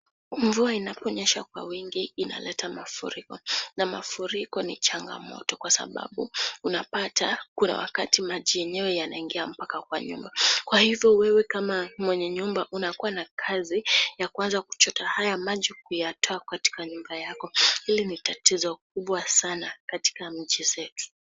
Mvua inaponyesha kwa wingi inaleta mafuriko na mafuriko ni changamoto kwa sababu unapata kuna wakati maji yenyewe yanaingia mpaka kwa nyumba. Kwa hivo wewe kama mwenye nyumba unakua na kazi ya kuanza kuchota haya maji kuyatoa katika nyumba yako. Hili ni tatizo kubwa sana katika nchi zetu.